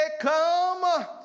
come